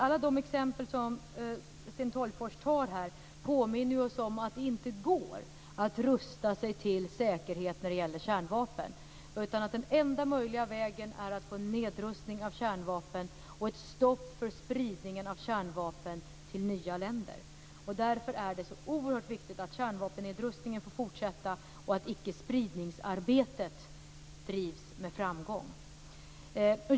Alla de exempel som Sten Tolgfors tar upp här påminner oss ju om att det inte går att rusta sig till säkerhet när det gäller kärnvapen. Den enda möjliga vägen är att få till stånd nedrustning av kärnvapen och ett stopp för spridning av kärnvapen till nya länder. Därför är det så oerhört viktigt att kärnvapennedrustningen får fortsätta och att ickespridningsarbetet drivs med framgång.